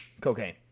cocaine